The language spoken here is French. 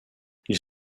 ils